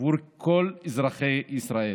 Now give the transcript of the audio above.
ועבור כל אזרחי ישראל.